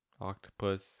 octopus